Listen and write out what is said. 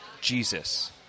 Jesus